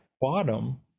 bottom